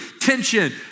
tension